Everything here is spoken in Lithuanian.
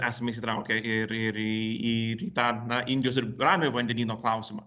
esam įsitraukę ir ir į į ir į tą na indijos ir ramiojo vandenyno klausimą